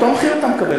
אותו מחיר אתה מקבל.